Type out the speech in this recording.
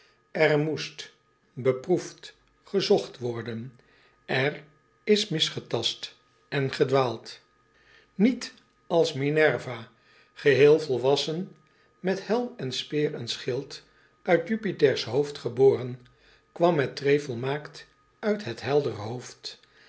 er moest beproefd gezocht worden er is misgetast en gedwaald niet als minerva geheel volwassen met helm en speer en schild uit jupiters hoofd geboren kwam mettray volmaakt uit het heldere hoofd